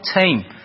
team